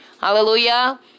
Hallelujah